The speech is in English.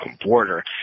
border